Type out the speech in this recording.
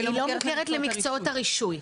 היא לא מוכרת למקצועות הרישוי.